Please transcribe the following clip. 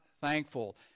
thankful